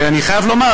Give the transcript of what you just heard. אני חייב לומר,